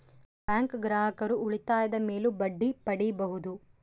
bank ಗ್ರಾಹಕರು ಉಳಿತಾಯದ ಮೇಲೂ ಬಡ್ಡಿ ಪಡೀಬಹುದು